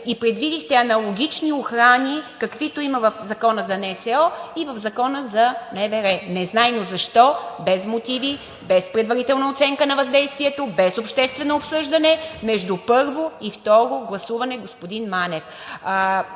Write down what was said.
и предвидихте аналогични охрани, каквито има в закона за НСО и в Закона за МВР. Незнайно защо без мотиви, без предварителна оценка на въздействието, без обществено обсъждане между първо и второ гласуване, господин Манев.